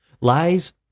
lies